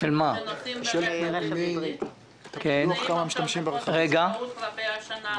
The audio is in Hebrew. נוסעים ברכב היברידי ונמצאים עכשיו באי-ודאות לגבי השנה הקרובה.